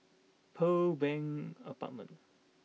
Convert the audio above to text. Pearl Bank Apartment